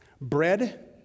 Bread